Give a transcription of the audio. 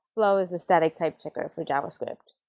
flow is a static type checker for javascript,